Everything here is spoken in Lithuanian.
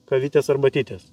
kavytės arbatytės